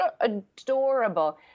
adorable